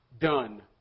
done